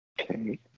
Okay